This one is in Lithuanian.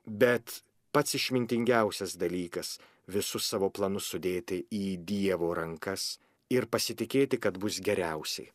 bet pats išmintingiausias dalykas visus savo planus sudėti į dievo rankas ir pasitikėti kad bus geriausiai